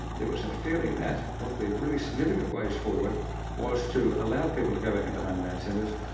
there was a feeling that one of the really significant ways forward was to allow people to go back into homeland centres,